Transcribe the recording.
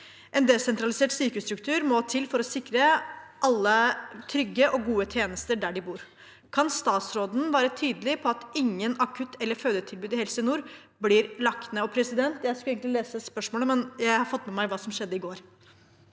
En desentralisert sykehusstruktur må til for å sikre alle trygge og gode tjenester der de bor. Kan statsråden være tydelig på at ingen akutt- eller fødetilbud i Helse Nord blir lagt ned?» Jeg